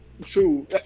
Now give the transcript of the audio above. True